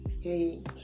hey